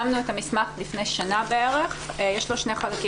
המסמך לפני שנה בערך, ויש לו שני חלקים.